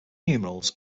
numerals